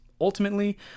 Ultimately